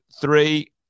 three